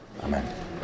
Amen